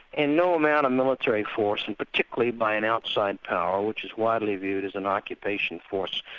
and no amount of military force and particularly by an outside power, which is widely viewed as an occupation force,